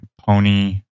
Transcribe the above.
Pony